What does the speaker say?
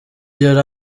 yari